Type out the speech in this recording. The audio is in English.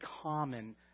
common